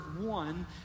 one